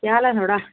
केह् हाल ऐ थुआड़ा